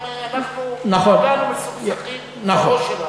גם אנחנו כולנו מסוכסכים בראש שלנו,